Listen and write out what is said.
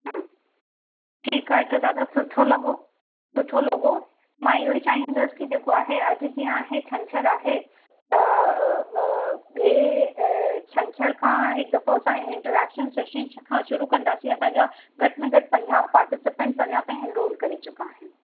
हम्म ठीकु आहे त दादा सुठो लॻो सुठो लॻो मां इहो ई चाईंदसि त जेको आहे अॼु जीअं आहे छेंछर आहे त ॿिएं छेंछर खां हिकु दफ़ो असां इंटरएक्शन सेशन सिखण शुरू कंदासीं असांजा घटि में घटि पंजाह पार्टिसिपंट्स अञा ताईं एनरोल करे चुका आहिनि